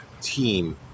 team